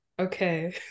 okay